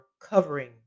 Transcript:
covering